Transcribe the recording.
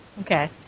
Okay